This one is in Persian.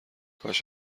کاش